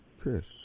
Chris